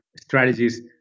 strategies